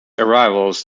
arrivals